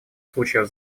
случаев